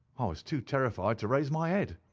i was too terrified to raise my head.